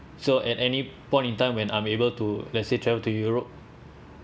so at any point in time when I'm able to let's say travel to europe